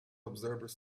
observers